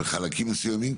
בחלקים מסוימים,